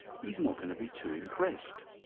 he's not going to be too impressed.